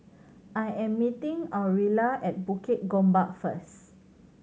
I am meeting Aurilla at Bukit Gombak first